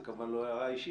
זאת כמובן לא הערה אישית,